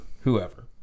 whoever